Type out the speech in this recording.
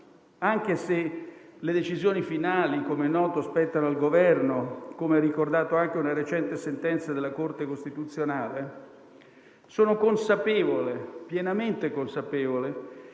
anche se le decisioni finali - com'è noto - spettano al Governo, come ha ricordato anche una recente sentenza della Corte costituzionale, sono pienamente consapevole